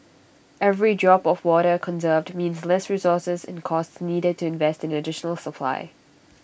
every drop of water conserved means less resources and costs needed to invest in additional supply